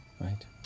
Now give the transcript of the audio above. Right